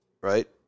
right